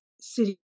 city